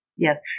Yes